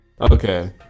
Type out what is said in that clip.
okay